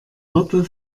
hoppe